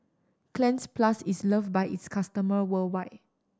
Cleanz Plus is loved by its customer worldwide